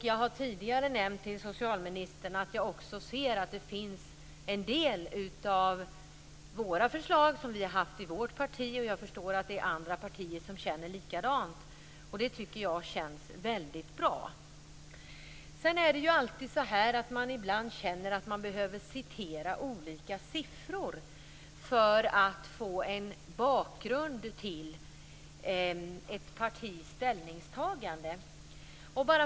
Jag har tidigare sagt till socialministern att jag har sett en del av kristdemokraternas förslag i denna plan, och jag förstår att andra partier känner likadant. Det känns bra. Ibland vill man citera olika siffror för att få en bakgrund till ett partis ställningstagande.